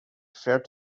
preferred